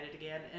again